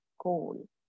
goal